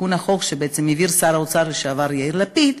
תיקון החוק שבעצם העביר שר האוצר לשעבר יאיר לפיד,